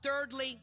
Thirdly